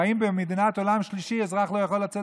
ואם במדינת עולם שלישי אזרח לא יכול לצאת